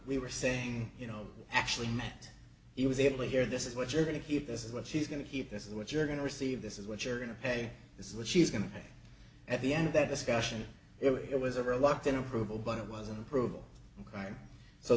we were saying you know actually meant he was able to hear this is what you're going to hear this is what she's going to keep this is what you're going to receive this is what you're going to pay this is what she's going to pay at the end of that discussion it was a reluctant approval but it wasn't approval right so